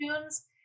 Tunes